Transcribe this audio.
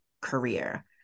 career